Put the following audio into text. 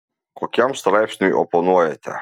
kokiam straipsniui oponuojate